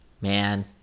Man